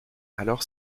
alors